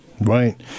Right